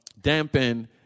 dampen